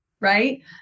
right